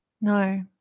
no